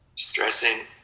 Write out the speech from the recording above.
stressing